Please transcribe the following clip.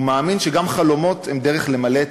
הוא מאמין שגם חלומות הם דרך למלא את